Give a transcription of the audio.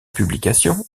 publication